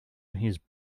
his